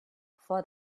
for